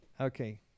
Okay